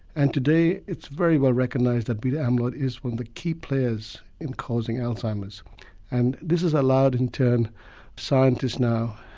and today it's very well recognised that beta amyloid is one of the key players in causing alzheimer's and this has allowed in turn scientists now,